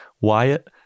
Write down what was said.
Wyatt